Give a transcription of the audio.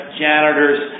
janitors